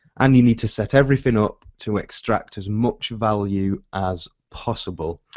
and you need to set everything up to extract as much value as possible.